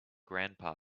grandpa